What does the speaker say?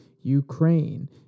Ukraine